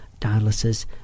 dialysis